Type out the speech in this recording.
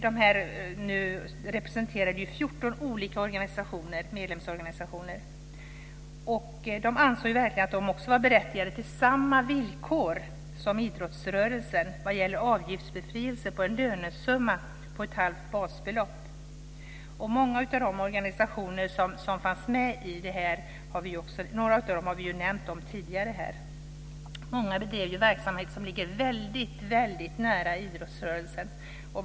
FRISAM representerar 14 medlemsorganisationer som alla anser sig berättigade till samma villkor som idrottsrörelsen vad gäller avgiftsbefrielse på en lönesumma upp till ett halvt basbelopp. Några av de organisationer som fanns med har vi nämnt tidigare här. Många bedriver en verksamhet som ligger väldig nära idrottsrörelsen.